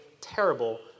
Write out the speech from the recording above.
terrible